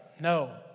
No